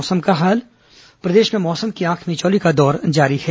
मौसम प्रदेश में मौसम की आंखमिचौली का दौर जारी है